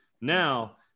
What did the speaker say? Now